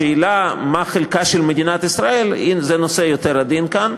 השאלה מה חלקה של מדינת ישראל היא נושא יותר עדין כאן.